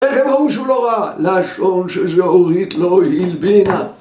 איך הם ראו שהוא לא ראה, לשון שזה הוריד לו הלבינה